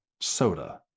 Soda